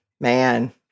Man